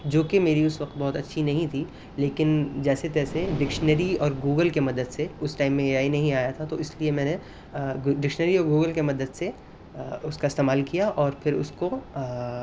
جو کہ میری اس وقت بہت اچھی نہیں تھی لیکن جیسے تیسے ڈکشنری اور گوگل کے مدد سے اس ٹائم میں آئی نہیں آیا تھا تو اس لیے میں نے ڈکشنری اور گوگل کے مدد سے اس کا استعمال کیا اور پھر اس کو